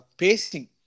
pacing